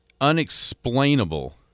unexplainable